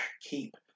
keep